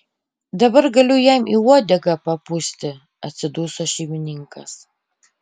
dabar galiu jam į uodegą papūsti atsiduso šeimininkas